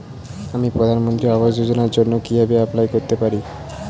আমি প্রধানমন্ত্রী আবাস যোজনার জন্য কিভাবে এপ্লাই করতে পারি?